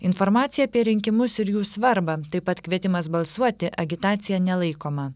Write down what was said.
informacija apie rinkimus ir jų svarbą taip pat kvietimas balsuoti agitacija nelaikoma